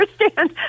understand